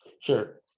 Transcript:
Sure